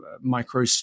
micro